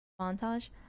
montage